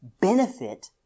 benefit